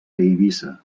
eivissa